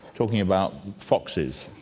talking about foxes.